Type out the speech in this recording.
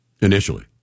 Initially